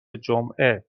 جمعه